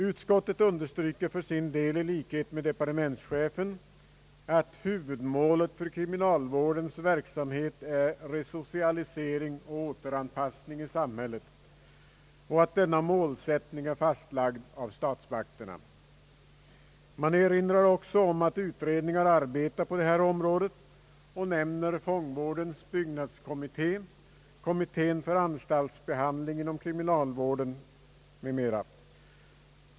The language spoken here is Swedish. Utskottet understryker för sin del i likhet med departementschefen att huvudmålet för kriminalvårdens verksamhet är resocialisering och återanpassning i samhället och att denna målsättning är fastlagd av statsmakterna. Man erinrar också om att utredningar arbetar på detta område och nämner fångvårdens byggnadskommitté, kommittén för anstaltsbehandling inom kriminalvården m.m.